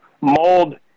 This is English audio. mold